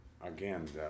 again